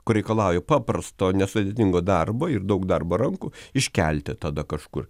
ko reikalauja paprasto nesudėtingo darbo ir daug darbo rankų iškelti tada kažkur